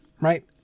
right